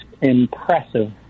impressive